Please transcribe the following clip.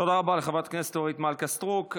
תודה רבה לחברת הכנסת אורית מלכה סטרוק.